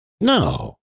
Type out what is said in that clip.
no